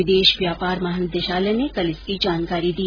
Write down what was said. विदेश व्यापार महानिदेशालय ने कल इसकी जानकारी दी